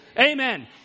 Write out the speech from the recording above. Amen